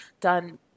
done